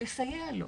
לסייע לו.